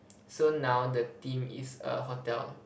so now the theme is err hotel